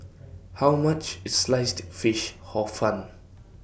How much IS Sliced Fish Hor Fun